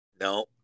No